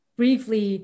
briefly